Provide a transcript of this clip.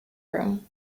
room